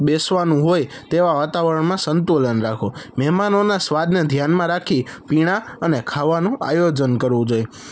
બેસવાનું હોય તેવા વાતાવરણમાં સંતુલન રાખો મહેમાનોના સ્વાદને ધ્યાનમાં રાખી પીણા અને ખાવાનું આયોજન કરવું જોઈએ